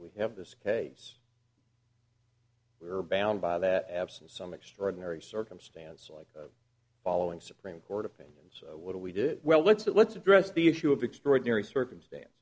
we have this case we are bound by that absent some extraordinary circumstance like following supreme court opinions what do we do well let's let's address the issue of extraordinary circumstance